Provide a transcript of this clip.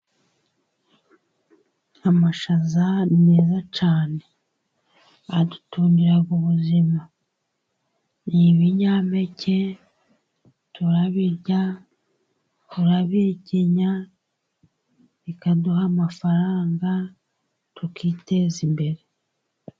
Amashaza ni meza cyane, adutungiraga ubuzima n'ibinyampeke turabirya, turabihekenya, bikaduha amafaranga tukiteza imbere.